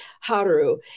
Haru